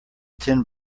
tin